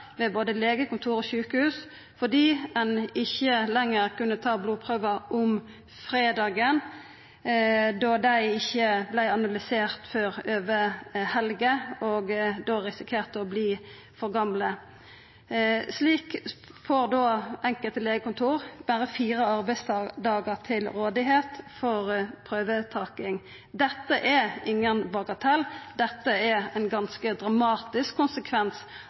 både legekontor og sjukehus fordi ein ikkje lenger kunne ta blodprøver fredagar, da dei ikkje vart analyserte før over helga – og da risikerte å verta for gamle. Slik får enkelte legekontor berre fire arbeidsdagar til rådvelde for å ta blodprøver. Dette er ingen bagatell, dette er ein ganske dramatisk konsekvens